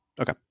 Okay